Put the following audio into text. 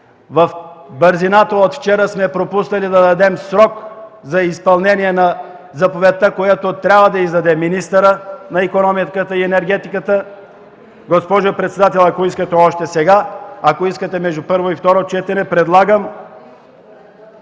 в бързината от вчера сме пропуснали да дадем срок за изпълнение на заповедта, която трябва да издаде министърът на икономиката, енергетиката, моята молба е: госпожо председател, ако искате още сега, ако искате между първо и второ четене – предлагам